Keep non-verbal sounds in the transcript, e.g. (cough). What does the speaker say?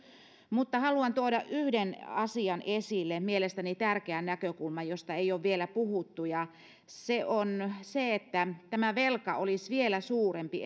mutta haluan tuoda yhden asian esille mielestäni tärkeän näkökulman josta ei ole vielä puhuttu ja se on se että tämä velka olisi vielä suurempi (unintelligible)